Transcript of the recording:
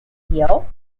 hill